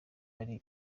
ari